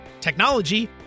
technology